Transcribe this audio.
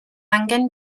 angen